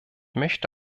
möchte